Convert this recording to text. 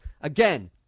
again